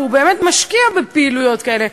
והוא באמת משקיע בפעילויות כאלה,